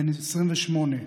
בן 28,